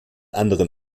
anderen